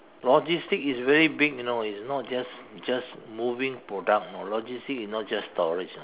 logistic is very big you know it's not just just moving product you know logistic is not just storage ah